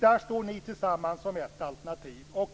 Där står ni tillsammans som ett alternativ.